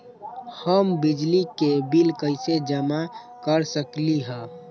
हम बिजली के बिल कईसे जमा कर सकली ह?